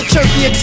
Turkey